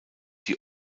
die